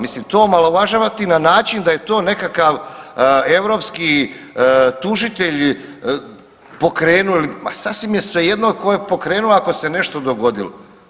Mislim to omalovažavati na način da je to nekakav europski tužitelj pokrenuo ili ma sasvim je svejedno tko je pokrenuo ako se nešto dogodilo.